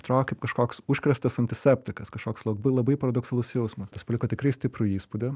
atrodo kaip kažkoks užkratas antiseptikas kažkoks labai labai paradoksalus jausmas tas pliko tikrai stiprų įspūdį